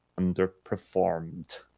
underperformed